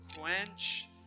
quench